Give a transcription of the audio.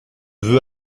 veux